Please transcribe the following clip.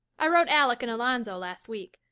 i wrote alec and alonzo last week.